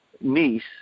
niece